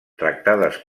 tractades